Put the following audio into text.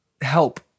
help